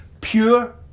pure